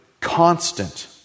constant